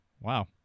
Wow